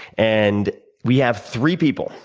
and we have three people.